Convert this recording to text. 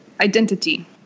identity